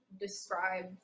describe